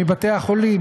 מבתי-החולים,